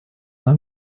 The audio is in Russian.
нам